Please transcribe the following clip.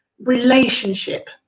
relationship